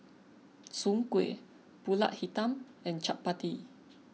Soon Kuih Pulut Hitam and Chappati